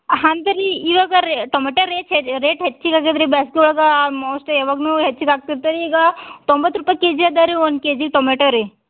ಹಂಗೆ ರೀ ಇವಾಗ ರೀ ಟೊಮೊಟೊ ರೇಟ್ ಹೆಚ್ ರೇಟ್ ಹೆಚ್ಚಿಗೆ ಆಗಿದೆ ರೀ ಬೇಸ್ಗೆ ಒಳ್ಗೆ ಮೋಸ್ಟ್ಲಿ ಯಾವಾಗುವೆ ಹೆಚ್ಚಿಗೆ ಆಗ್ತಾದೆ ಈಗ ತೊಂಬತ್ತು ರುಪಾಯ್ ಕೆಜಿ ಅದಾ ರೀ ಒಂದು ಕೆಜಿ ಟೊಮ್ಯಾಟೊ ರೀ